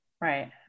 Right